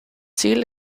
ziel